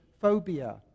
phobia